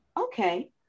okay